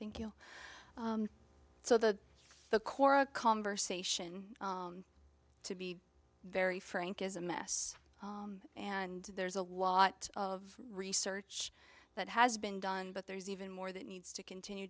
thank you so the the core a conversation to be very frank is a mess and there's a lot of research that has been done but there's even more that needs to continue